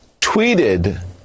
tweeted